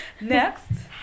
Next